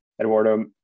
Eduardo